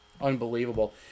Unbelievable